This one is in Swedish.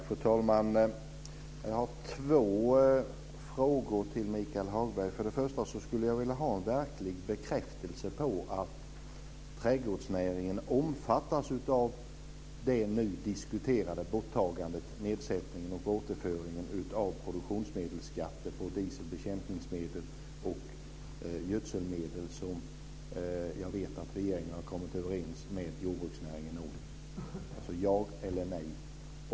Fru talman! Jag har två frågor till Michael Hagberg. Jag skulle vilja ha en verklig bekräftelse på att trädgårdsnäringen omfattas av det nu diskuterade borttagandet, nedsättningen och återföringen av produktionsmedelsskatter på diesel, bekämpningsmedel och gödselmedel som jag vet att regeringen har kommit överens med jordbruksnäringen om. Ja eller nej?